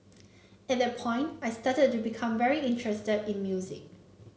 at that point I started to become very interested in music